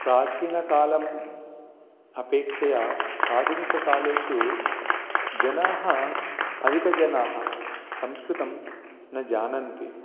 प्राचीनकालस्य अपेक्षया आधुनिककालेषु जनाः अधिकजनाः संस्कृतं न जानन्ति